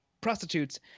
prostitutes